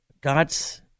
God's